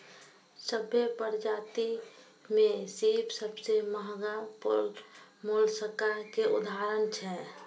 सभ्भे परजाति में सिप सबसें महगा मोलसका के उदाहरण छै